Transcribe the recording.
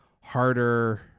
harder